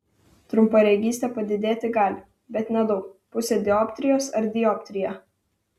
trumparegystė padidėti gali bet nedaug pusę dioptrijos ar dioptriją